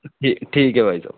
जी ठीक है भाई साहब